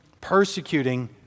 persecuting